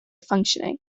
functioning